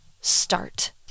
start